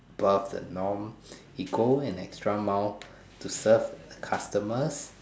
above the norm he go an extra mile to serve the customers